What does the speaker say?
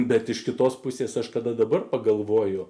bet iš kitos pusės aš kada dabar pagalvoju